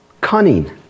cunning